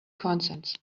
consents